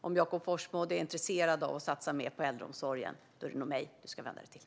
Om Jakob Forssmed är intresserad av att satsa mer på äldreomsorgen är det nog mig han ska vända sig till.